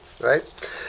right